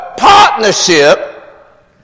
Partnership